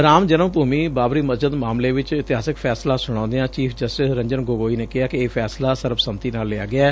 ਰਾਮ ਜਨਮ ਭੁਮੀ ਬਾਬਰੀ ਮਸਜਿਦ ਮਾਮਲੇ ਚ ਇਤਿਹਾਸਕ ਫੈਸਲਾ ਸੁਣਾਉਂਦਿਆਂ ਚੀਫ਼ ਜਸਟਿਸ ਰੰਜਨ ਗੋਗੋਈ ਨੇ ਕਿਹਾ ਕਿ ਇਹ ਫੈਸਲਾ ਸਰਬਸੰਮਤੀ ਨਾਲ ਲਿਆ ਗਿਐ